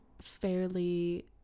fairly